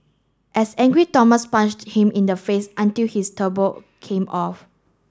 as angry Thomas punched him in the face until his turban came off